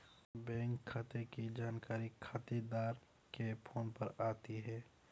bank खाते की जानकारी खातेदार के फोन पर आती है